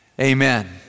Amen